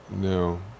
No